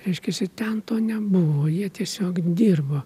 reiškiasi ten to nebuvo jie tiesiog dirbo